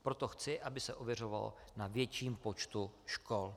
Proto chci, aby se ověřovalo na větším počtu škol.